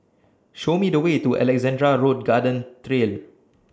Show Me The Way to Alexandra Road Garden Trail